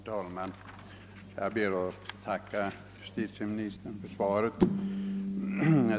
Herr talman! Jag ber att få tacka justitieministern för svaret på min fråga.